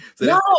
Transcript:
No